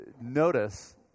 notice